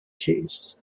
case